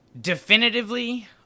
Definitively